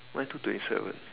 mine two twenty seven